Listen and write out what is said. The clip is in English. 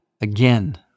Again